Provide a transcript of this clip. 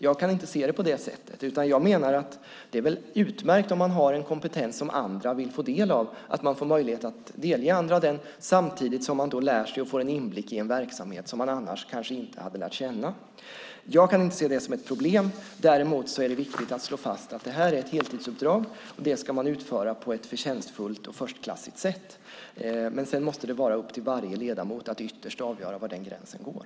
Jag kan inte se det på det sättet, utan jag menar att det väl är utmärkt om man har en kompetens som andra vill få del av och man får möjlighet att delge andra den samtidigt som man lär sig och får inblick i en verksamhet som man annars kanske inte hade lärt känna. Jag kan inte se det som ett problem. Det är dock viktigt att slå fast att uppdraget som riksdagsledamot är ett heltidsuppdrag, och det ska man utföra på ett förtjänstfullt och förstklassigt sätt. Sedan måste det vara upp till varje ledamot att ytterst avgöra var gränsen går.